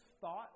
thought